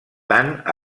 tant